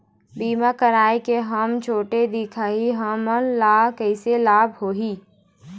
बीमा कराए के हम छोटे दिखाही हमन ला कैसे लाभ होही?